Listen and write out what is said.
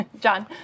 John